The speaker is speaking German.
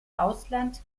ausland